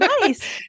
Nice